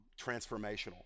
transformational